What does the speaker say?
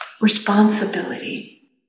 Responsibility